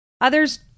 Others